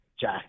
Jack